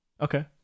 Okay